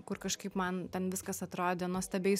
kur kažkaip man ten viskas atrodė nuostabiai